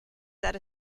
set